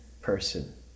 person